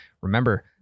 Remember